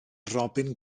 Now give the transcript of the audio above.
robin